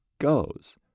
goes